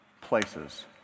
places